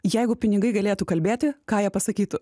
jeigu pinigai galėtų kalbėti ką jie pasakytų